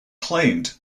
claimed